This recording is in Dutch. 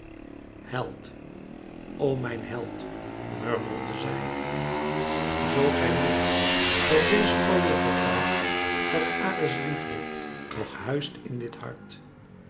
held o mijn held murmelde zij zoo gij meent dat deez gordel getuigt dat ares liefde nog huist in dit hart